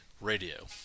radio